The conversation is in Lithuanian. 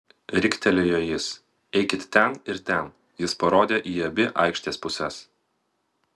riktelėjo jis eikit ten ir ten jis parodė į abi aikštės puses